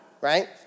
right